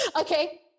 Okay